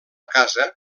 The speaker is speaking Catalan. casa